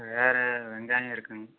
வேறு வெங்காயம் இருக்குதுங்க